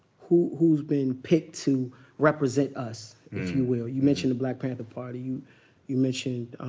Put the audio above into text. who's been picked to represent us, if you will. you mentioned the black panther party, you you mentioned